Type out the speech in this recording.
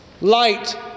Light